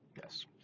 Yes